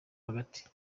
hagati